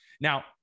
Now